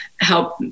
help